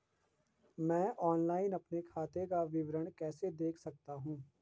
मैं ऑनलाइन अपने खाते का विवरण कैसे देख सकता हूँ?